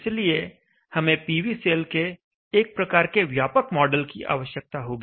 इसलिए हमें PV cell के एक प्रकार के व्यापक मॉडल की आवश्यकता होगी